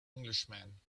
englishman